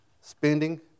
spending